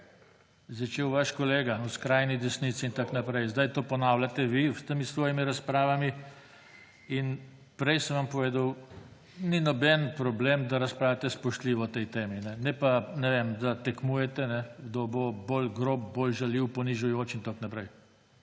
začel vaš kolega o skrajni desnici in tako naprej. Zdaj to ponavljate vi s temi svojimi razpravami. In prej sem vam povedal, ni noben problem, da razpravljate spoštljivo o tej temi; ne pa da tekmujete, kdo bo bolj grob, bolj žaljiv, ponižujoč in tako naprej.